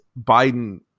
Biden